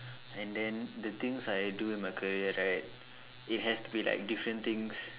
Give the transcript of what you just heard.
and then the things I do in my career right it has to be like different things